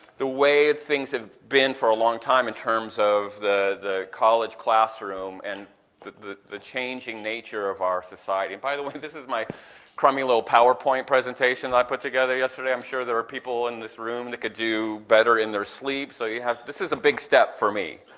the way things have been for a long time in terms of the college classroom and the the changing nature of our society. and by the way this is my crummy little powerpoint presentation that i put together yesterday, i'm sure there are people in this room that could do better in their sleep so you have, this is a big step for me,